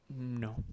No